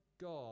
God